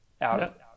out